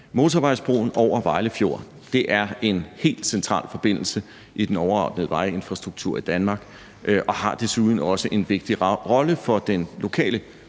Motorvejsbroen over Vejle Fjord er en helt central forbindelse i den overordnede vejinfrastruktur i Danmark, og den har desuden også en vigtig rolle for den lokale